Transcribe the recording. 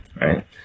right